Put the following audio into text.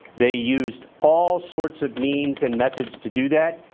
they used all sorts of means and methods to do that,